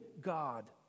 God